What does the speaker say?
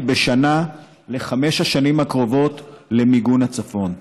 בשנה לחמש השנים הקרובות למיגון הצפון.